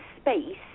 space